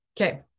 Okay